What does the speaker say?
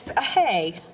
Hey